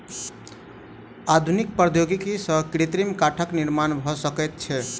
आधुनिक प्रौद्योगिकी सॅ कृत्रिम काठक निर्माण भ सकै छै